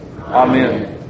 Amen